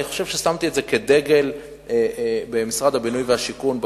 אני חושב ששמתי את זה כדגל במשרד הבינוי והשיכון,